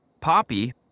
poppy